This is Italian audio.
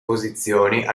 posizioni